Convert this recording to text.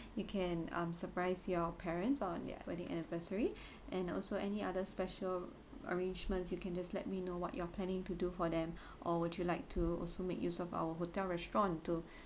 you can um surprise your parents on their wedding anniversary and also any other special arrangements you can just let me know what you're planning to do for them or would you like to also make use of our hotel restaurant to